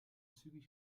zügig